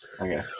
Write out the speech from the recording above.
Okay